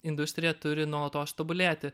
industrija turi nuolatos tobulėti